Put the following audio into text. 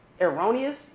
erroneous